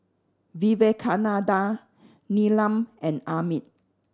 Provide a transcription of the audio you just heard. Vivekananda Neelam and Amit